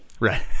Right